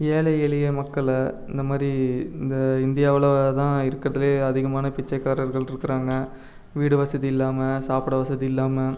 ஏழை எளிய மக்களை இந்தமாதிரி இந்த இந்தியாவில்தான் இருக்கிறதுலே அதிகமான பிச்சைக்காரர்கள் இருக்கிறாங்க வீடு வசதி இல்லாமல் சாப்பிட வசதி இல்லாமல்